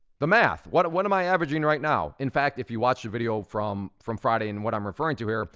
the math, what what am i averaging right now? in fact, if you watch the video from from friday, and what i'm referring to here,